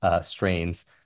strains